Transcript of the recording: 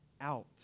out